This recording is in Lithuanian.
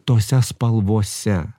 tose spalvose